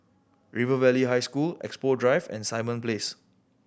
River Valley High School Expo Drive and Simon Place